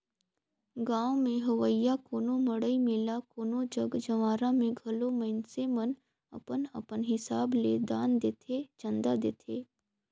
गाँव में होवइया कोनो मड़ई मेला कोनो जग जंवारा में घलो मइनसे मन अपन अपन हिसाब ले दान देथे, चंदा देथे